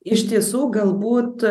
iš tiesų galbūt